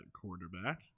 quarterback